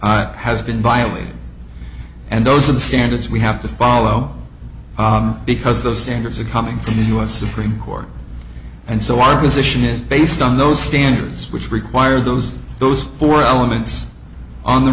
rights has been violated and those are the standards we have to follow because those standards are coming from the u s supreme court and so our position is based on those standards which require those those four elements on the